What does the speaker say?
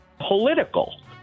political